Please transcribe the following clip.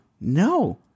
No